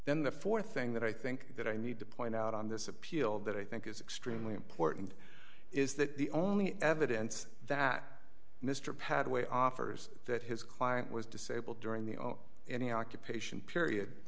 then the th thing that i think that i need to point out on this appeal that i think is extremely important is that the only evidence that mr pathway offers that his client was disabled during the any occupation period